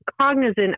cognizant